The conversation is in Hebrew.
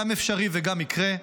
גם אפשרי וגם יקרה.